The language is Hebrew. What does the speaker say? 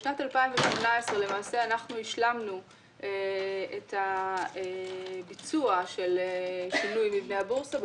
בשנת 2018 למעשה השלמנו את ביצוע שינוי מבנה הבורסה,